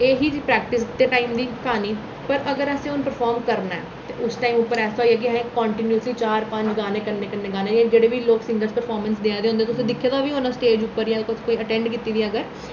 एह् ही प्रैक्टिस ते उस टाइम क्हानी पर अगर असें हून परफार्म करना ऐ उस टाइम उप्पर ऐसा होएआ कि असें कांटिन्यूसली चार पंज गाने कन्नै कन्नै गाने हे जेह्ड़े बी लोग सिंगर फरफार्मैंस देआ दे होंदे तुसें दिक्खे दा बी होना स्टेज उप्पर कोई अटैंड कीती दी अगर